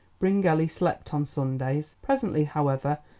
bryngelly slept on sundays. presently, however,